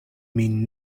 min